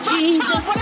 Jesus